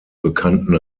bekannten